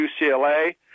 UCLA